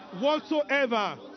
whatsoever